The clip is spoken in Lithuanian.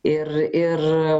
ir ir